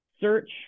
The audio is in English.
search